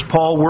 Paul